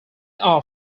are